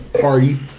party